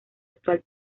actual